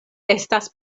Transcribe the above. estas